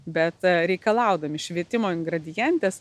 bet reikalaudami švietimo ingradientės